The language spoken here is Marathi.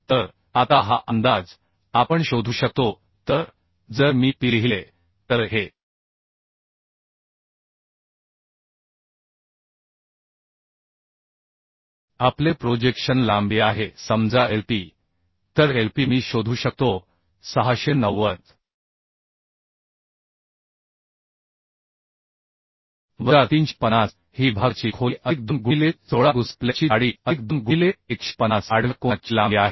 तर आता हा अंदाज आपण शोधू शकतो तर जर मी Pलिहिले तर हे आपले प्रोजेक्शन लांबी आहे समजा LP तर LP मी शोधू शकतो 690 वजा 350 ही विभागाची खोली अधिक 2 गुणिले 16 गुसेट प्लेटची जाडी अधिक 2 गुणिले 150 आडव्या कोना ची लांबी आहे